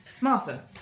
Martha